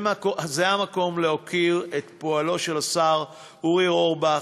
זה המקום להוקיר את פועלו של השר אורי אורבך,